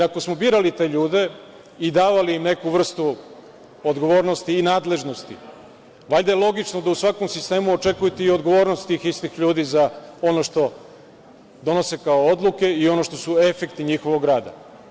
Ako smo birali te ljude i dali im neku vrstu odgovornosti i nadležnosti, valjda je logično da u svakom sistemu očekujete odgovornost tih istih ljudi za ono što donose kao odluke i za ono što su efekti njihovog rada.